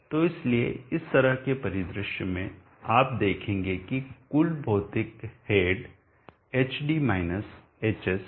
तो इसलिए इस तरह के परिदृश्य में आप देखेंगे कि कुल भौतिक हेड hd - hs है